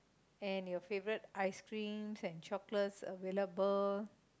and your favourite ice cream and chocolate available